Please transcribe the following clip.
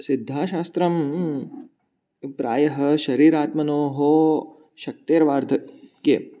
सिद्धाशास्त्रं प्रायः शरीरात्मनोः शक्तेर्वाधक्ये